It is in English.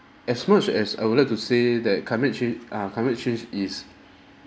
as much as I would like to say that climate change uh climate change is